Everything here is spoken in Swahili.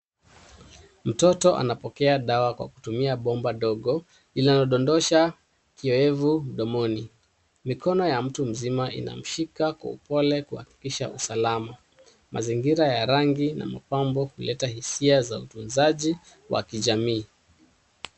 Mtoto anapokea dawa kwa kutumia bomba ndogo, linalododosha kiowevu mdomoni. Mikono ya mtu mzima inamshika kwa upole kuhakikisha usalama. Mazingira ya rangi na mapambo huleta hisia za utanzaji, wa kijamii.